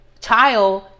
child